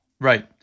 Right